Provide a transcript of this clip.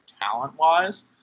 talent-wise